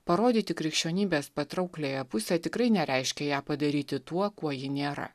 parodyti krikščionybės patraukliąją pusę tikrai nereiškia ją padaryti tuo kuo ji nėra